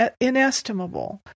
inestimable